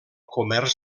comerç